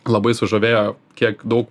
labai sužavėjo kiek daug